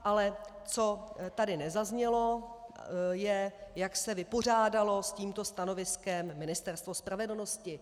Ale co tady nezaznělo, je, jak se vypořádalo s tímto stanoviskem Ministerstvo spravedlnosti.